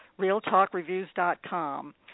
realtalkreviews.com